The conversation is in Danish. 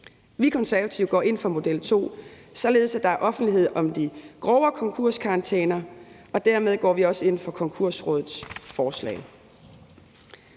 i Konservative går ind for model to, således at der er offentlighed om de grovere konkurskarantæner, og dermed går vi også ind for Konkursrådets forslag.